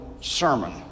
sermon